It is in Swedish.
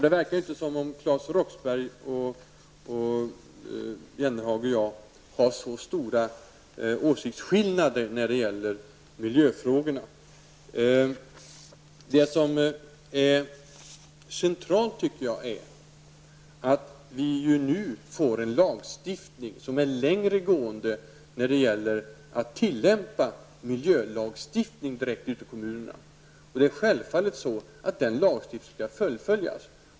Det verkar inte som Claes Roxbergh, Jan Jennehag och jag har så stora åsiktsskillnader när det gäller miljöfrågorna. Det centrala är -- tycker jag -- att vi nu får en lagstiftning som, när det gäller att tillämpa den direkt ut i kommunerna, är mer långtgående. Lagstiftningen skall självfallet fullföljas.